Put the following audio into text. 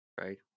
right